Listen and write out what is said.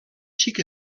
xic